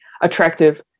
attractive